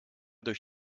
durch